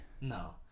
No